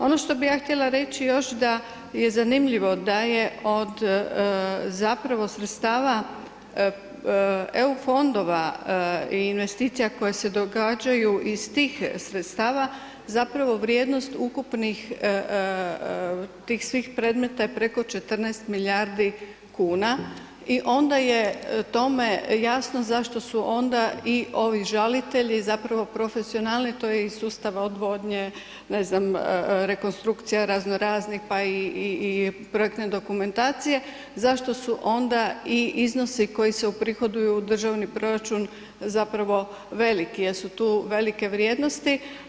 Ono što bih ja htjela reći još da je zanimljivo da je od zapravo sredstava EU fondova i investicija koje se događaju iz tih sredstava zapravo vrijednost ukupnih tih svih predmeta je preko 14 milijardi kuna i onda je tome jasno zašto su onda i ovi žalitelji, zapravo profesionalni, to je iz sustava odvodnje, ne znam, rekonstrukcija razno raznih, pa i projektne dokumentacije zašto su onda i iznosi koji se uprihoduju u državni proračun zapravo veliki, jer su tu velike vrijednosti.